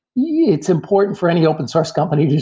yeah it's important for any open source company,